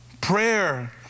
Prayer